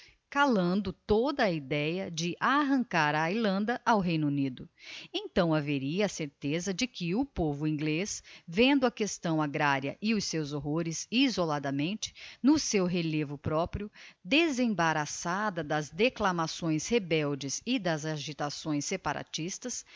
calando toda a ideia de arrancar a irlanda ao reino unido então haveria a certeza de que o povo inglez vendo a questão agraria e os seus horrores isoladamente no seu relevo proprio desembaraçada das declamações rebeldes e das agitações separatistas determinasse dar